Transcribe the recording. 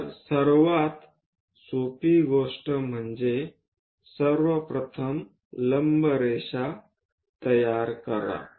तर सर्वात सोपी गोष्ट म्हणजे सर्व प्रथम लंब रेषा तयार करा